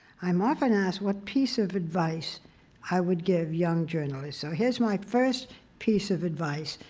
i'm often asked what piece of advice i would give young journalists. so here's my first piece of advice,